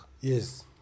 Yes